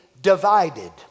divided